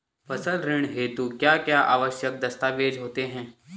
फसली ऋण हेतु क्या क्या आवश्यक दस्तावेज़ होते हैं?